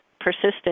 persistent